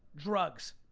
drugs,